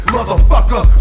Motherfucker